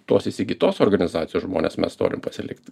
tos įsigytos organizacijos žmones mes norim pasilikti